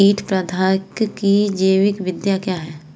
कीट प्रबंधक की जैविक विधि क्या है?